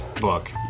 book